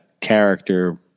character